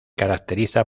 caracteriza